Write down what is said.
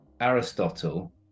Aristotle